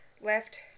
Left